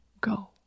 Go